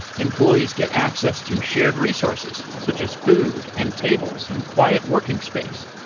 employees get access to shared resources, such as food, and tables, and quiet working space.